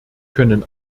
können